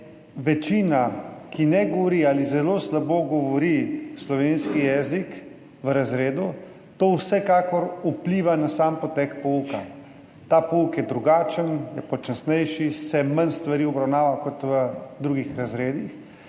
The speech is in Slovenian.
večina, ki ne govori ali zelo slabo govori slovenski jezik v razredu, to vsekakor vpliva na sam potek pouka. Ta pouk je drugačen, je počasnejši, se manj stvari obravnava kot v drugih razredih